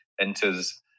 enters